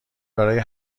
برای